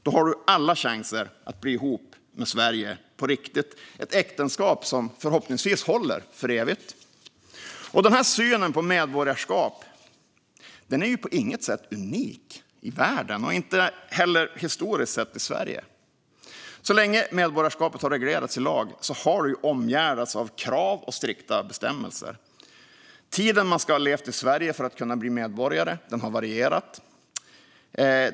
Då har du alla chanser att bli ihop med Sverige på riktigt, ett äktenskap som förhoppningsvis håller för evigt. Den här synen på medborgarskap är på inget sätt unik i världen och inte heller historiskt sett i Sverige. Så länge som medborgarskapet har reglerats i lag har det omgärdats av krav och strikta bestämmelser. Tiden man ska ha levt i Sverige för att kunna bli medborgare har varierat.